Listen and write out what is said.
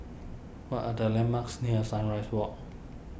what are the landmarks near Sunrise Walk